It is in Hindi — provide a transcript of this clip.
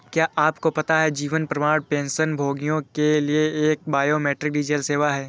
क्या आपको पता है जीवन प्रमाण पेंशनभोगियों के लिए एक बायोमेट्रिक डिजिटल सेवा है?